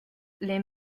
les